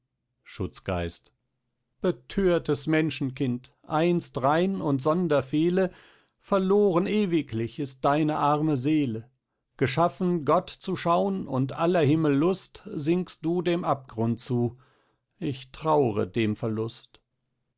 schutzgeist bethörtes menschenkind einst rein und sonder fehle verloren ewiglich ist deine arme seele geschaffen gott zu schaun und aller himmel lust sinkst du dem abgrund zu ich traure dem verlust